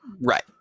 Right